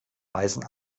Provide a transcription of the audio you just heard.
weisen